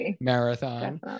marathon